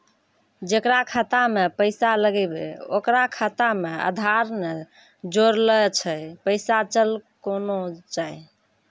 जेकरा खाता मैं पैसा लगेबे ओकर खाता मे आधार ने जोड़लऽ छै पैसा चल कोना जाए?